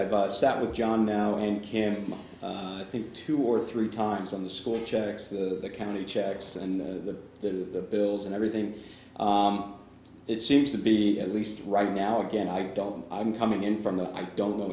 that with john now and kim i think two or three times on the school checks that the county checks and the the bills and everything it seems to be at least right now again i don't i'm coming in from the i don't know